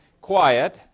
quiet